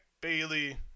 Bailey